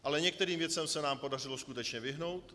Ale některým věcem se nám podařilo skutečně vyhnout.